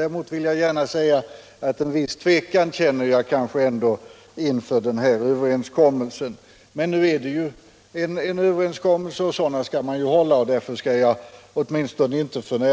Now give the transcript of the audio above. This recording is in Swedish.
Däremot vill jag gärna säga att jag känner en viss tvekan inför denna överenskommelse. Nu är det dock en överenskommelse. Sådana skall man hålla, och därför skall jag åtminstone inte f. n.